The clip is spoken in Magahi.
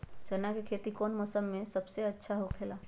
चाना के खेती कौन मौसम में सबसे अच्छा होखेला?